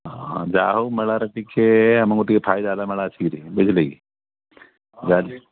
ହଁ ହଁ ଯା ହଉ ମେଳାରେ ଟିକେ ଆମକୁ ଟିକେ ଫାଇଦା ହେଲା ମେଳା ଆସିକିରି ବୁଝିଲେ କିି ଯା